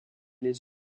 les